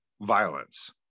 violence